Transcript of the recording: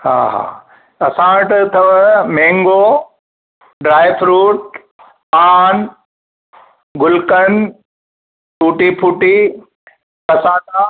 हा हा असां वटि अथव mango dry fruit paan gulkand tutti frutti cassata